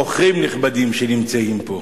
אורחים נכבדים שנמצאים פה,